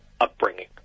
upbringing